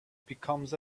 becomes